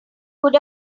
good